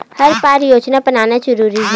हर बार योजना बनाना जरूरी है?